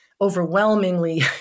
overwhelmingly